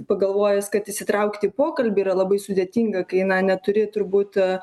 pagalvojus kad įsitraukt į pokalbį yra labai sudėtinga kai na neturi turbūt